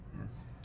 Yes